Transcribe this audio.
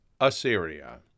Assyria